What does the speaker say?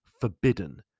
forbidden